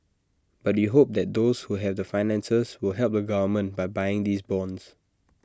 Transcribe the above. but we hope that those who have the finances will help the government by buying these bonds